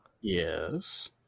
Yes